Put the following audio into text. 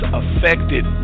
affected